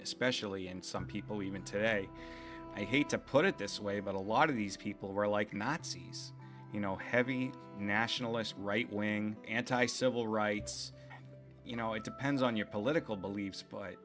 especially and some people even today i hate to put it this way but a lot of these people were like nazis you know heavy nationalist right wing anti civil rights you know it depends on your political beliefs but